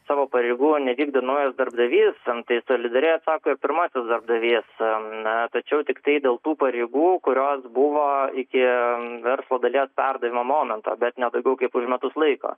savo pareigų nevykdė naujas darbdavys tai solidariai atsako ir pirmasis darbdavys tačiau tiktai dėl tų pareigų kurios buvo iki verslo dalies perdavimo momento bet ne daugiau kaip už metus laiko